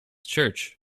church